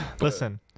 Listen